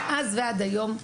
מאז ועד היום,